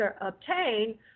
obtain